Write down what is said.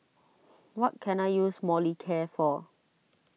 what can I use Molicare for